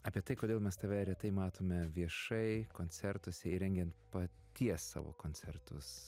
apie tai kodėl mes tave retai matome viešai koncertuose ir rengiant paties savo koncertus